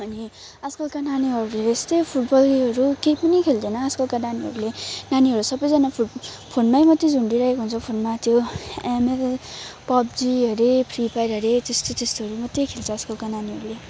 अनि आजकलका नानीहरूले यस्तै फुटबलहरू केही पनि खेल्दैन आजकलका नानीहरूले नानीहरू सबजना फो फोनमा मात्र झुन्डिरहेको हुन्छ फोनमा त्यो एमएल पब्जी हरे फ्री फायर हरे त्यस्तो त्यस्तोहरू मात्र खेल्छ आजकलका नानीहरूले